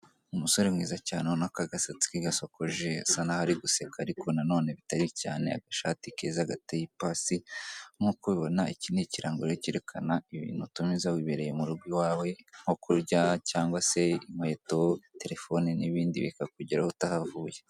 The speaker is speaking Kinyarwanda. Umusore mwiza cyane urabona ko agasatsi ke gasokoje, asa nk'aho ari guseka ariko nanoe bitari cyane, agashati gateye ipasi. Nk'uko ubibona iki ni ikirango cyerekan ibintu utumiza wibereye mu rugo i wawe: nko kurya cyangwa se inkweto, terefone n'ibindi bikakugeraho utahavuye.